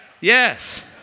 Yes